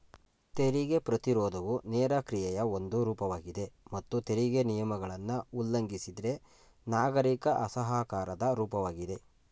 ತೆರಿಗೆ ಪ್ರತಿರೋಧವು ನೇರ ಕ್ರಿಯೆಯ ಒಂದು ರೂಪವಾಗಿದೆ ಮತ್ತು ತೆರಿಗೆ ನಿಯಮಗಳನ್ನ ಉಲ್ಲಂಘಿಸಿದ್ರೆ ನಾಗರಿಕ ಅಸಹಕಾರದ ರೂಪವಾಗಿದೆ